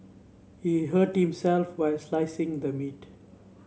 he hurt himself while slicing the meat